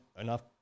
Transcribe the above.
enough